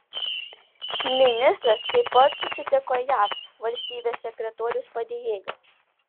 ministras taip pat susitiko jav valstybės sekretoriaus padėjėja